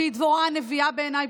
שהיא דבורה הנביאה בעיניי,